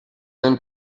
and